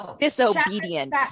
disobedient